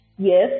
Yes